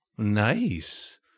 nice